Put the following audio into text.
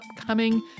upcoming